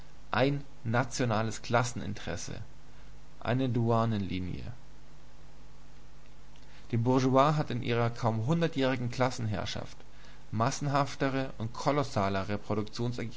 ein nationales klasseninteresse eine douanenlinie die bourgeoisie hat in ihrer kaum hundertjährigen klassenherrschaft massenhaftere und kolossalere